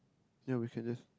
yea we can just